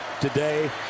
today